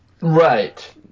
Right